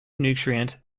nutrient